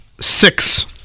six